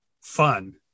fun